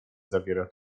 zawiera